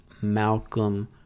Malcolm